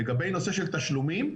לגבי נושא של תשלומים,